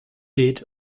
did